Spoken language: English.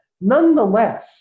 Nonetheless